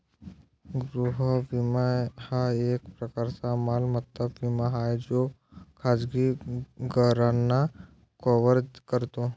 गृह विमा हा एक प्रकारचा मालमत्ता विमा आहे जो खाजगी घरांना कव्हर करतो